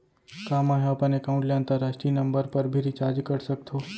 का मै ह अपन एकाउंट ले अंतरराष्ट्रीय नंबर पर भी रिचार्ज कर सकथो